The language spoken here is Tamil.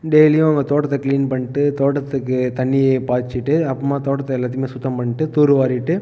டெய்லியும் அவங்க தோட்டத்தை கிளீன் பண்ணிவிட்டு தோட்டத்துக்குத் தண்ணி பாய்ச்சுட்டு அப்புறமாக தோட்டத்தை எல்லாத்தையுமே சுத்தம் பண்ணிவிட்டு தூர்வாரிட்டு